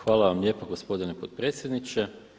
Hvala vam lijepa gospodine potpredsjedniče.